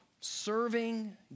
serving